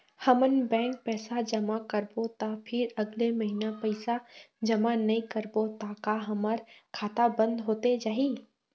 हमन बैंक पैसा जमा करबो ता फिर अगले महीना पैसा जमा नई करबो ता का हमर खाता बंद होथे जाही?